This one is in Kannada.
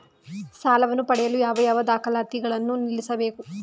ಸಾಲವನ್ನು ಪಡೆಯಲು ಯಾವ ಯಾವ ದಾಖಲಾತಿ ಗಳನ್ನು ಸಲ್ಲಿಸಬೇಕು?